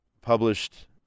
published